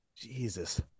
Jesus